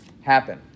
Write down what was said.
happen